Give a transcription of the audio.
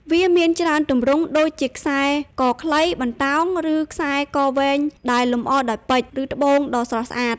វាមានច្រើនទម្រង់ ដូចជាខ្សែកខ្លី បណ្តោង ឬខ្សែកវែងដែលលម្អដោយពេជ្រ ឬត្បូងដ៏ស្រស់ស្អាត។